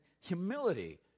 humility